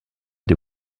des